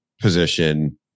position